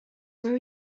where